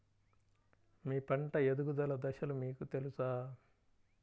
మీ పంట ఎదుగుదల దశలు మీకు తెలుసా?